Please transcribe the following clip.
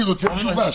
אני רוצה תשובה.